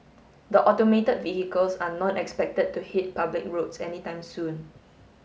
the automated vehicles are not expected to hit public roads anytime soon